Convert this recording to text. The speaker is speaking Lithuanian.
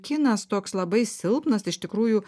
kinas toks labai silpnas iš tikrųjų